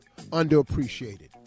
underappreciated